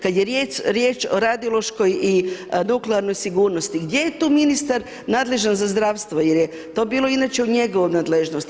Kada je riječ o radiološkoj i nuklearnoj sigurnosti gdje je tu ministar nadležan za zdravstvo jer je to bilo inače u njegovoj nadležnosti.